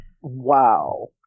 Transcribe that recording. Wow